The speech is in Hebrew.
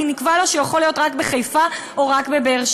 כי נקבע לו שהוא יכול להיות רק בחיפה או רק בבאר-שבע.